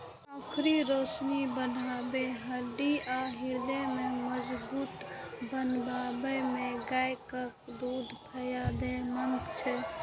आंखिक रोशनी बढ़बै, हड्डी आ हृदय के मजगूत बनबै मे गायक दूध फायदेमंद छै